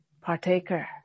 partaker